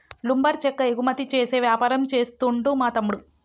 lumber చెక్క ఎగుమతి చేసే వ్యాపారం చేస్తుండు మా తమ్ముడు